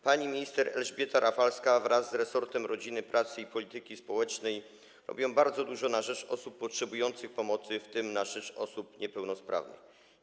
Pani minister Elżbieta Rafalska wraz z resortem rodziny, pracy i polityki społecznej robią bardzo dużo na rzecz osób potrzebujących pomocy, w tym na rzecz osób niepełnosprawnych.